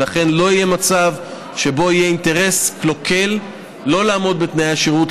ולכן לא יהיה מצב שבו יהיה אינטרס קלוקל שלא לעמוד בתנאי השירות,